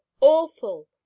awful